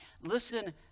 Listen